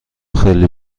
خیلی